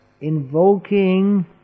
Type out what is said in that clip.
invoking